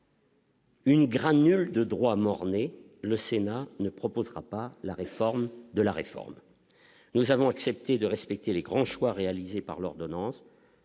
Une granule de droit mort-né, le Sénat ne proposera pas la réforme de la réforme, nous avons accepté de respecter les grands choix réalisés par l'ordonnance